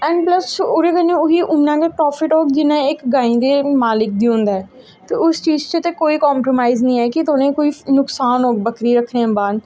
and plus ओह्दे कन्नै उसी उन्ना गै प्रोफिट होग जिन्ना इक गाय दे मालक गी होंदा ऐ ते उस चीज़ च ते कोई काम्प्रोमाइज़ निं ऐ कि तुसेंगी कोई नुकसान होग बक्करी रक्खने दे बाद